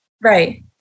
Right